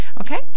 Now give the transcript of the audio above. okay